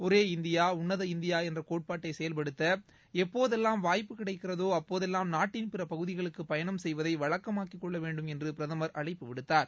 ஒரே இந்தியா உள்ளத இந்தியா என்ற கோட்பாட்டை செயல்படுத்த எப்போதெல்லாம் வாய்ப்பு கிடைக்கிறதோ அப்போதெல்லாம் நாட்டின் பிற பகுதிகளுக்கு பயணம் செய்வதை வழக்கமாக்கிக் கொள்ள வேண்டும் என்று பிரதமர் அழைப்பு விடுத்தார்